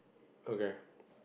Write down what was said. okay